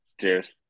Cheers